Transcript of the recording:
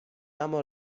اما